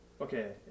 Okay